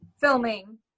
filming